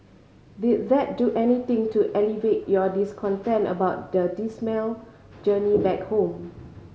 did that do anything to alleviate your discontent about the dismal journey back home